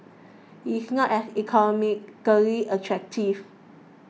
it's not as economically attractive